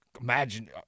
imagine